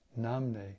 Namne